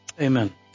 Amen